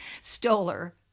Stoller